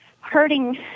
hurting